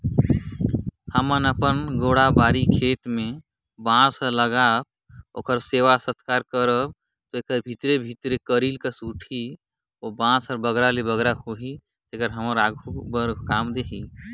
बांस के पउधा ल लगाए रहबे त एखर पउधा हर भीतरे भीतर बढ़ात रथे